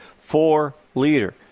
four-liter